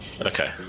okay